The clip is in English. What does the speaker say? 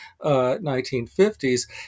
1950s